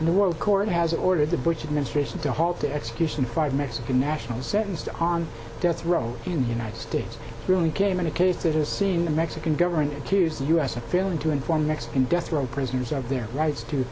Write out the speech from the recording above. and the world court has ordered the bush administration to halt the execution five mexican nationals sentenced on death row in the united states really came in a case that has seen the mexican government accuse us of failing to inform mexican death row prisoners of their rights to